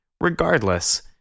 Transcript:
Regardless